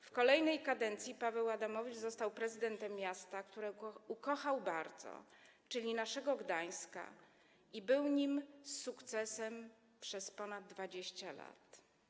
W kolejnej kadencji Paweł Adamowicz został prezydentem miasta, które ukochał bardzo, czyli naszego Gdańska, i był nim z sukcesem przez ponad 20 lat.